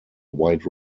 white